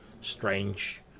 strange